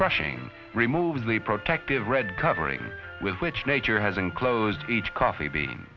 crushing removes the protective red covering with which nature has enclosed each coffee bean